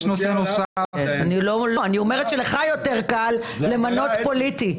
--- אני אומרת שלך יותר קל למנות בפוליטי.